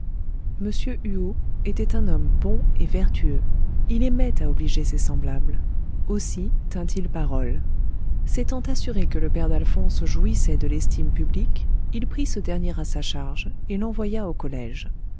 m huot était un homme bon et vertueux il aimait à obliger ses semblables aussi tint il parole s'étant assuré que le père d'alphonse jouissait de l'estime publique il prit ce dernier à sa charge et l'envoya au collège